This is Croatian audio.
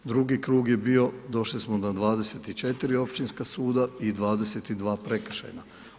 Drugi krug je bio, došli smo na 24 općinska suda i 22 prekršajna.